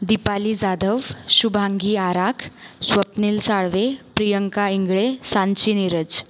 Deepali Jadhav Shubhangi Arakh Swapnil Salve Priyanka Ingale Sanchi Neeraj